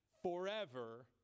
Forever